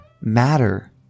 matter